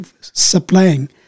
supplying